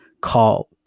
call